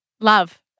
Love